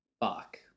fuck